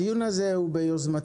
הדיון הזה הוא ביוזמתי.